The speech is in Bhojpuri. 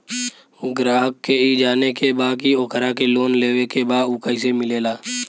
ग्राहक के ई जाने के बा की ओकरा के लोन लेवे के बा ऊ कैसे मिलेला?